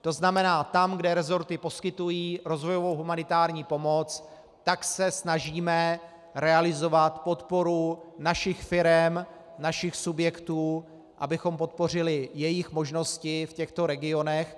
To znamená tam, kde resorty poskytují rozvojovou humanitární pomoc, se snažíme realizovat podporu našich firem, našich subjektů, abychom podpořili jejich možnosti v těchto regionech.